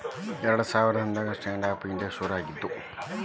ಎರಡ ಸಾವಿರ ಹದ್ನಾರಾಗ ಸ್ಟ್ಯಾಂಡ್ ಆಪ್ ಇಂಡಿಯಾ ಶುರು ಆಗ್ಯಾದ